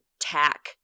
tack